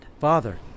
Father